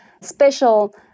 special